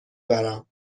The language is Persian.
برم